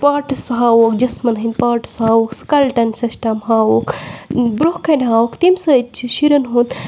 پاٹٕس ہاووکھ جِسمَن ہِنٛدۍ پاٹٕس ہاووکھ سٕکَلٹَن سِسٹَم ہاووکھ بروںٛہہ کَنہِ ہاووکھ تمہِ سۭتۍ چھِ شُرٮ۪ن ہُنٛد